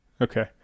Okay